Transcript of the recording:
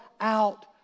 out